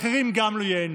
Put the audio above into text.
גם האחרים לא ייהנו.